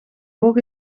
hoog